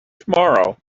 tomorrow